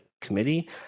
committee